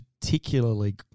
particularly